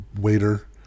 waiter